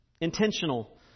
intentional